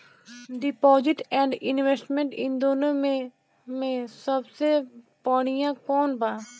Deposit and investment इन दुनो मे से सबसे बड़िया कौन बा?